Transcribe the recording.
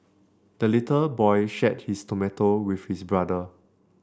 the little boy shared his tomato with his brother